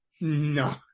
No